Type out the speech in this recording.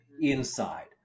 inside